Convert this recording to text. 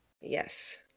Yes